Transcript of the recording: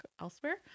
elsewhere